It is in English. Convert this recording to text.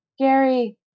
Gary